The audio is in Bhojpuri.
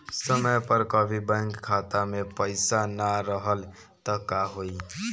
समय पर कभी बैंक खाता मे पईसा ना रहल त का होई?